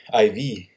IV